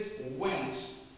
went